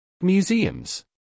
Museums